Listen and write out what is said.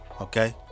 Okay